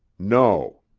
no.